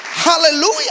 Hallelujah